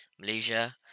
Malaysia